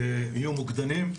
יהיו מוקדנים,